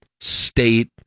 state